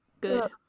good